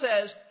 says